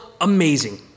amazing